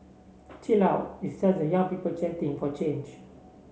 chill out it's just a young people chanting from change